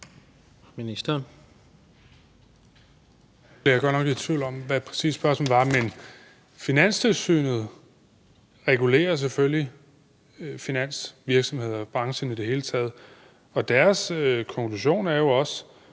Bek): Jeg er godt nok i tvivl om, hvad spørgsmålet præcis var, men Finanstilsynet regulerer selvfølgelig finansvirksomheder og branchen i det hele taget. Nu har jeg læst noget